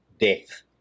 death